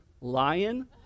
lion